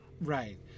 right